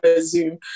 zoom